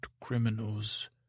criminals